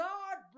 God